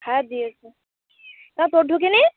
হ্যাঁ দিয়েছে কেন তোর ঢোকে নি